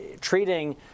treating